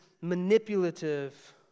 manipulative